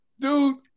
dude